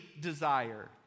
desire